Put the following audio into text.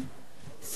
סילבן שלום,